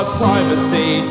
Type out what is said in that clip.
privacy